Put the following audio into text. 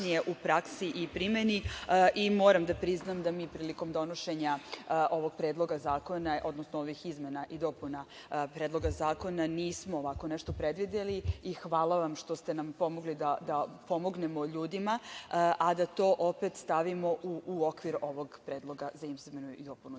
u praksi i primeni. Moram da priznam da mi prilikom donošenja ovog Predloga zakona, odnosno ovih izmena i dopuna Predloga zakona nismo ovako nešto predvideli. Hvala vam što ste nam pomogli da pomognemo ljudima, a da to opet stavimo u okvir ovog Predloga za izmenu i dopunu